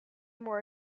more